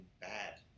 bad